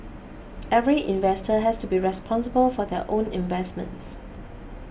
every investor has to be responsible for their own investments